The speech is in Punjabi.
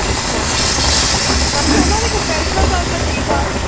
ਅੱਛਾ ਚੱਲ ਫਿਰ ਉਹਨਾਂ ਦੇ ਕੰਪੈਰੀਜ਼ਨ ਨਾਲ ਤਾਂ ਠੀਕ ਆ